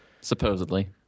Supposedly